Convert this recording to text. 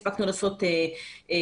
הספקנו לעשות חצי,